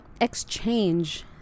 Exchange